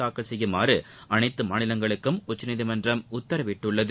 தாக்கல் செய்யுமாறு அனைத்து மாநிலங்களுக்கும் உச்சநீதிமன்றம் உத்தரவிட்டுள்ளது